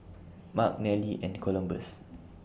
Mark Nelly and Columbus